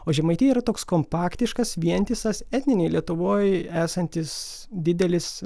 o žemaitija yra toks kompaktiškas vientisas etninėj lietuvoj esantis didelis